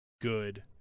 good